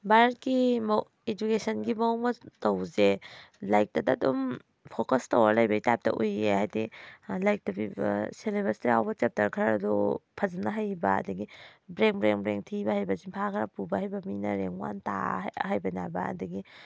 ꯚꯥꯔꯠꯀꯤ ꯏꯗꯨꯀꯦꯁꯟꯒꯤ ꯃꯑꯣꯡ ꯃꯇꯧꯁꯦ ꯂꯥꯏꯔꯤꯛꯇꯗ ꯑꯗꯨꯝ ꯐꯣꯀꯁ ꯇꯧꯔ ꯂꯩꯕꯩ ꯇꯥꯏꯞꯇ ꯎꯏꯌꯦ ꯍꯥꯏꯗꯤ ꯂꯥꯏꯔꯤꯛꯇ ꯄꯤꯕꯗꯣ ꯁꯦꯂꯦꯕꯁꯇ ꯌꯥꯎꯕ ꯆꯦꯞꯇꯔ ꯈꯔ ꯑꯗꯨ ꯐꯖꯅ ꯍꯩꯕ ꯑꯗꯒꯤ ꯕ꯭ꯔꯦꯡ ꯕ꯭ꯔꯦꯡ ꯕ꯭ꯔꯦꯡ ꯊꯤꯕ ꯍꯩꯕ ꯆꯤꯟꯐꯥ ꯈꯔ ꯄꯨꯕ ꯍꯩꯕ ꯃꯤꯅ ꯔꯦꯡ ꯋꯥꯟ ꯑꯍꯩꯕꯅꯦ ꯍꯥꯏꯕ ꯑꯗꯒꯤ